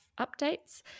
updates